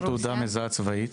מה זאת אומרת תעודה מזהה צבאית?